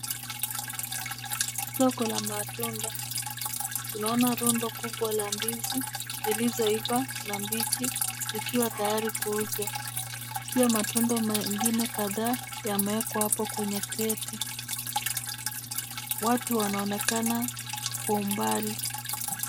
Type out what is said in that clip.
Soko la matunda. Tunaona rundo kubwa la ndizi zilizoiva na mbichi zikiwa tayari kuuzwa. Pia matunda mengine kadhaa yamewekwa hapo kwenye kreti. Watu wanaonekana kwa umbali.